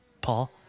Paul